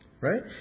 Right